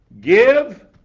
Give